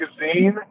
Magazine